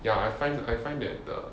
ya I find I find that the